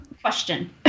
Question